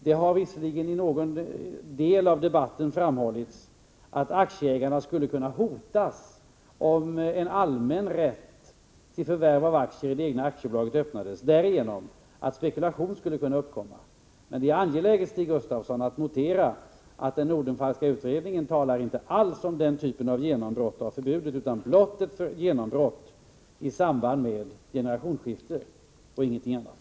Det har visserligen i någon del av debatten framförts att aktieägarna skulle kunna hotas om en allmän rätt till förvärv av aktier i det egna bolaget öppnades, därigenom att spekulation skulle kunna uppkomma. Det är dock angeläget att notera, Stig Gustafsson, att den Nordenfalkska utredningen inte alls talar om den typen av genombrott av förbudet utan blott om genombrott i samband med generationsskifte — ingenting annat.